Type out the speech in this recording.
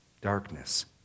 darkness